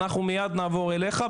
אנחנו מיד נעבור אליך,